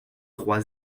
trois